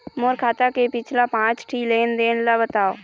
मोर खाता के पिछला पांच ठी लेन देन ला बताव?